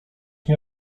nie